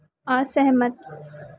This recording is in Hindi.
असहमत